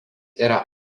yra